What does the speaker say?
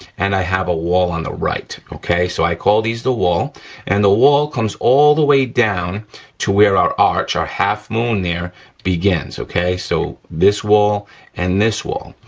and i have a wall on the right, okay? so i call these the wall and the wall comes all the way down to where our arch, our half-moon there begins, okay? so, this wall and this wall.